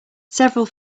several